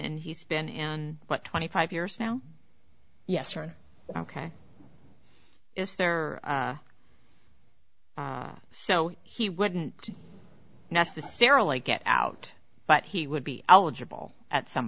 and he's been in what twenty five years now yes or ok is there so he wouldn't necessarily get out but he would be eligible at some